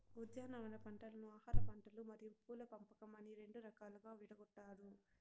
ఉద్యానవన పంటలను ఆహారపంటలు మరియు పూల పంపకం అని రెండు రకాలుగా విడగొట్టారు